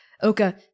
Oka